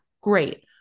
great